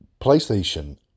PlayStation